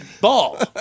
ball